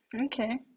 Okay